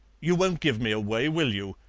you won't give me away, will you?